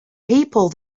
people